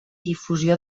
difusió